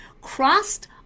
crossed